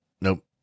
nope